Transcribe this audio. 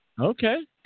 Okay